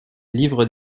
livres